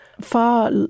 far